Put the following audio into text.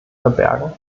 verbergen